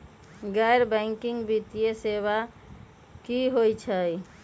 गैर बैकिंग वित्तीय सेवा की होअ हई?